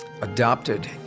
adopted